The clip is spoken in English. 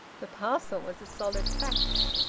the parcel was a solid fact.